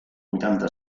vuitanta